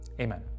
Amen